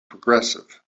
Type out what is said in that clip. progressive